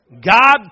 God